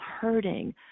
hurting